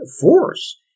force